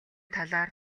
талаар